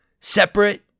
separate